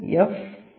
M